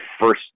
first